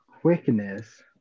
quickness